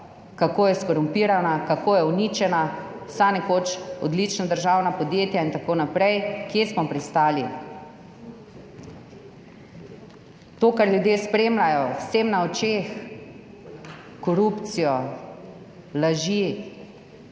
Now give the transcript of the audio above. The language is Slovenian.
kako je skorumpirana, kako je uničena, vsa nekoč odlična državna podjetja in tako naprej. Kje smo pristali? To, kar ljudje spremljajo in je vsem na očeh, korupcijo, laži